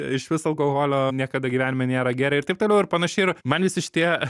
išvis alkoholio niekada gyvenime nėra gėrę ir taip toliau ir panašiai ir man visi šitie